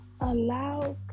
allow